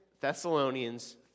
Thessalonians